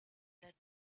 that